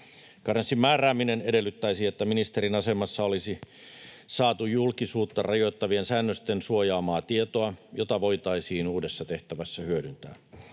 Karenssin määrääminen edellyttäisi, että ministerin asemassa olisi saatu julkisuutta rajoittavien säännösten suojaamaa tietoa, jota voitaisiin uudessa tehtävässä hyödyntää.